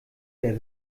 der